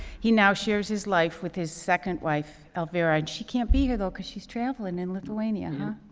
he now shares his life with his second wife, elvira. and she can't be here, though, because she's traveling in lithuania. yeah.